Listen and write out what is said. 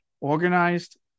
organized